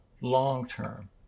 long-term